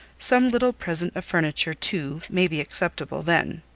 some little present of furniture too may be acceptable then.